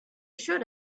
should